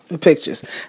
pictures